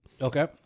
Okay